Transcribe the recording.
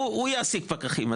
הוא יעסיק פקחים.